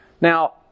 Now